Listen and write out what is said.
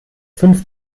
fünf